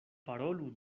parolu